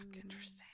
Interesting